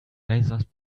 razors